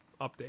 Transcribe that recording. update